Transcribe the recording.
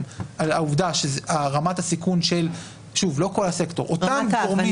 על העובדה שרמת הסיכון של אותם גורמים